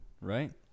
right